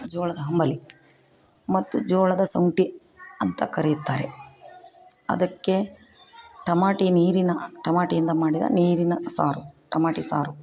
ಜೋಳದ ಅಂಬಲಿ ಮತ್ತು ಜೋಳದ ಸೌನ್ಟಿ ಅಂತ ಕರೀತಾರೆ ಅದಕ್ಕೆ ಟಮಾಟಿ ನೀರಿನ ಟಮಾಟೆಯಿಂದ ಮಾಡಿದ ನೀರಿನ ಸಾರು ಟಮಾಟಿ ಸಾರು